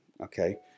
okay